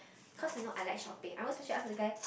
cause you know I like shopping I won't specially ask the guy